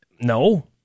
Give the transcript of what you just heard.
No